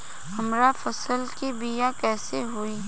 हमरा फसल के बीमा कैसे होई?